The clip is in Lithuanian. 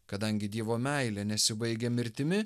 kadangi dievo meilė nesibaigia mirtimi